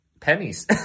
pennies